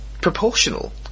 proportional